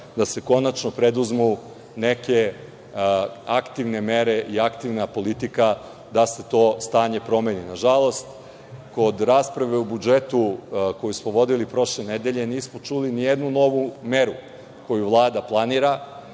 da se konačno preduzmu aktivne mere i aktivna politika da se to stanje promeni. Nažalost, kod rasprave o budžetu koji smo vodili prošle nedelje, nismo čuli ni jednu novu meru koju Vlada planira.